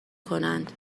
کنند